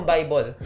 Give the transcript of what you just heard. Bible